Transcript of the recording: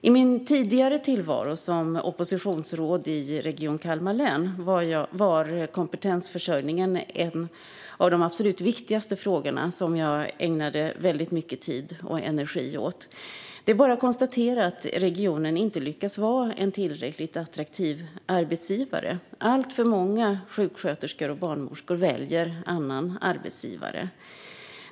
I min tidigare tillvaro som oppositionsråd i Region Kalmar län var kompetensförsörjningen en av de absolut viktigaste frågorna som jag ägnade väldigt mycket tid och energi åt. Det är bara att konstatera att regionen inte lyckas vara en tillräckligt attraktiv arbetsgivare. Alltför många sjuksköterskor och barnmorskor väljer en annan arbetsgivare.